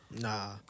Nah